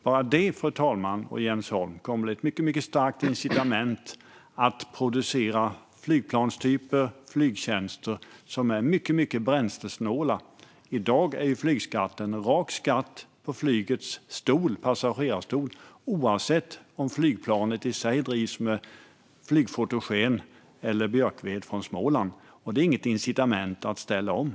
Bara det, fru talman och Jens Holm, kommer att bli ett mycket starkt incitament att producera flygplanstyper och flygtjänster som är mycket bränslesnåla. I dag är flygskatten en rak skatt på flygets passagerarstol, oavsett om flygplanet i sig drivs med flygfotogen eller björkved från Småland. Det utgör inget incitament för omställning.